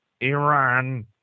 Iran